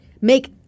make